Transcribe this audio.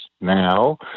now